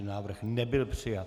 Návrh nebyl přijat.